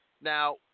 Now